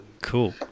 Cool